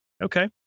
Okay